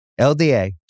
LDA